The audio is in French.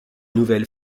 nouvelle